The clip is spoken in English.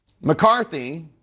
McCarthy